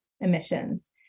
emissions